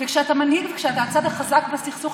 כשאתה מנהיג וכשאתה הצד החזק בסכסוך,